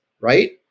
Right